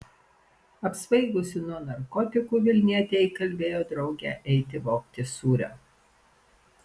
apsvaigusi nuo narkotikų vilnietė įkalbėjo draugę eiti vogti sūrio